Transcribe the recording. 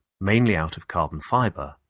mainly out of carbon fiber,